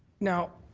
now,